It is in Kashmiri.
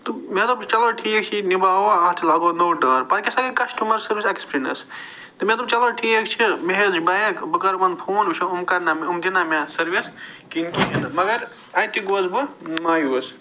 تہٕ مےٚ دوٚپ چَلو ٹھیٖک چھُ یہِ نِباوو اتھ لاگو نوٚو ٹٲر پتہٕ کیٛاہ سا گٔیہِ کسٹٕمر سٔروِس ایکٕسپریٖنٲرٕس تہٕ مےٚ دوٚپ چَلو ٹھیٖک چھُ مےٚ ہیچھ بایِک بہٕ کرٕ یِمن فون وُچھو یِم کرنا مےٚ یِم دِنا مےٚ سٔروِس کیٚنٛہہ کِہیٖنٛۍ نہٕ مگر اَتہِ تہِ گوٚس بہٕ مایوس